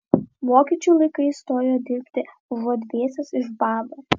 vokiečių laikais stojo dirbti užuot dvėsęs iš bado